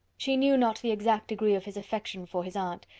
she knew not the exact degree of his affection for his aunt,